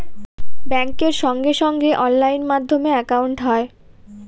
ব্যাঙ্কের সঙ্গে সঙ্গে অনলাইন মাধ্যমে একাউন্ট হয়